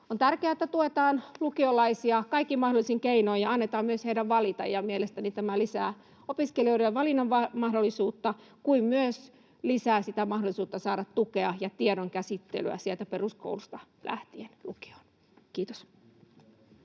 On tärkeää, että tuetaan lukiolaisia kaikin mahdollisin keinoin ja myös annetaan heidän valita. Mielestäni tämä lisää opiskelijoiden valinnanmahdollisuutta samoin kuin lisää myös mahdollisuutta saada tukea ja tiedonkäsittelyä lähtiessä sieltä peruskoulusta lukioon. — Kiitos.